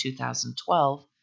2012